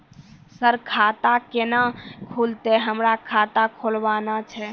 Sir खाता केना खुलतै, हमरा खाता खोलवाना छै?